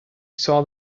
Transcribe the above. saw